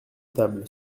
table